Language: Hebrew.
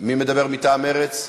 מי מדבר מטעם מרצ?